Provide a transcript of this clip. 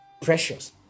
Precious